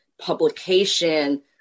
publication